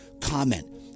Comment